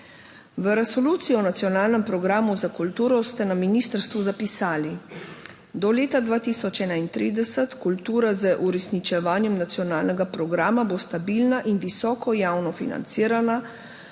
V resoluciji o nacionalnem programu za kulturo ste na ministrstvu zapisali: "Do leta 2031 kultura z uresničevanjem nacionalnega programa bo stabilna in visoko javno financirana,